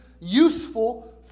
useful